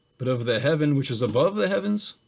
but of the heaven which is above the heavens,